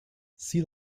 sea